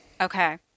Okay